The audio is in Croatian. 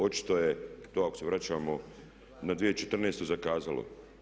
Očito je, to ako se vraćamo na 2014., zakazalo.